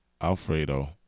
Alfredo